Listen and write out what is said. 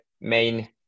main